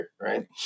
right